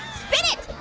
spin it,